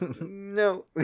no